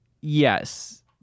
yes